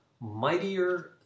mightier